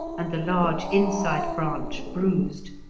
and the large inside branch bruised,